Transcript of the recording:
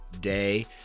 day